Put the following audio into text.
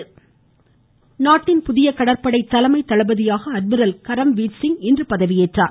கரம்வீர் சிங் நாட்டின் புதிய கடற்படை தலைமைத் தளபதியாக அட்மிரல் கரம்வீர்சிங் இன்று பதவியேற்றார்